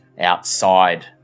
outside